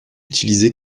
utilisé